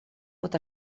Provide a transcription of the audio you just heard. pot